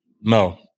No